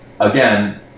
again